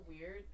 weird